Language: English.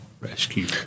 rescue